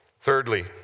Thirdly